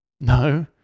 No